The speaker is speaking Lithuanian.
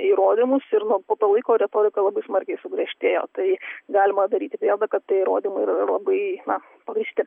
įrodymus ir nuo po to laiko retorika labai smarkiai sugriežtėjo tai galima daryti prielaidą kad tie įrodymai labai na pagrįsti